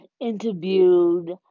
interviewed